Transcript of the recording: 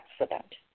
accident